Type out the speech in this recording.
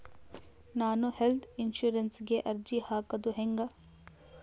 ನಾನು ಹೆಲ್ತ್ ಇನ್ಸುರೆನ್ಸಿಗೆ ಅರ್ಜಿ ಹಾಕದು ಹೆಂಗ?